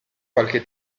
qualche